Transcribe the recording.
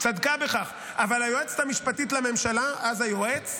צדקה בכך, אבל היועצת המשפטית לממשלה, אז היועץ,